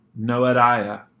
Noadiah